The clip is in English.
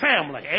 family